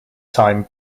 time